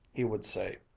he would say,